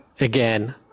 again